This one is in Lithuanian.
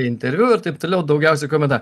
interviu ir taip toliau daugiausia komenta